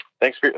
thanks